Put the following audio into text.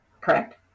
Correct